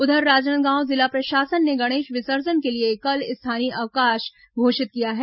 उधर राजनांदगांव जिला प्रशासन ने गणेश विसर्जन के लिए कल स्थानीय अवकाश घोषित किया है